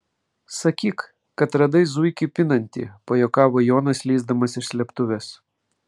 sakyk kad radai zuikį pinantį pajuokavo jonas lįsdamas iš slėptuvės